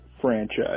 Franchise